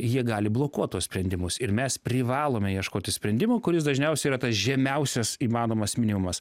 jie gali blokuot tuos sprendimus ir mes privalome ieškoti sprendimo kuris dažniausiai yra tas žemiausias įmanomas minimumas